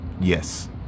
Yes